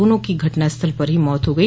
दोनों की घटनास्थल पर ही मौत हो गई